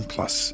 Plus